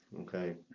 Okay